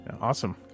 Awesome